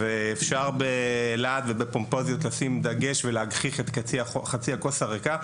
אפשר בלהט ובפומפוזיות לשים דגש ולהגחיך את חצי הכוס הריקה.